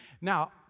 Now